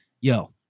Yo